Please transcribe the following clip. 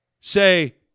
say